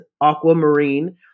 Aquamarine